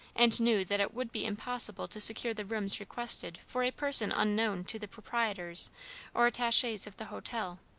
and knew that it would be impossible to secure the rooms requested for a person unknown to the proprietors or attaches of the hotel.